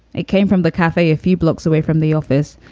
it came from the cafe a few blocks away from the office,